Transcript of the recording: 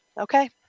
Okay